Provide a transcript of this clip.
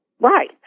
Right